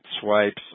swipes